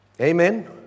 Amen